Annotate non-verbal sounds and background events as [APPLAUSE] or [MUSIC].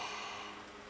[NOISE]